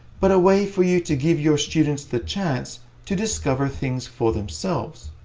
but a way for you to give your students the chance to discover things for themselves.